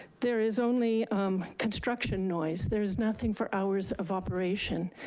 there is only um construction noise, there is nothing for hours of operation.